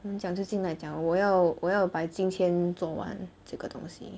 mm 讲就进来讲我要 by 今天做完这个东西